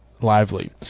lively